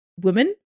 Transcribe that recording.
women